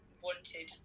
wanted